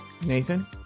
Nathan